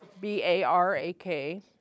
B-A-R-A-K